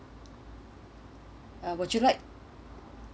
uh would you like